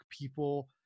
people